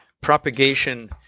propagation